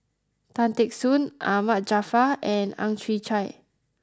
Tan Teck Soon Ahmad Jaafar and Ang Chwee Chai